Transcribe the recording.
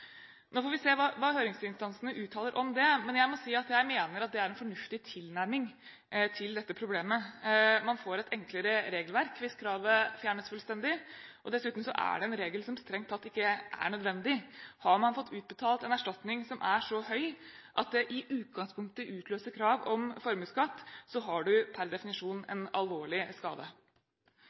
Vi får se hva høringsinstansene uttaler om det, men jeg mener det er en fornuftig tilnærming til dette problemet. Man får et enklere regelverk hvis kravet fjernes fullstendig, og dessuten er det en regel som strengt tatt ikke er nødvendig. Har man fått utbetalt en erstatning som er så høy at det i utgangspunktet utløser krav om formuesskatt, har man per definisjon en alvorlig skade.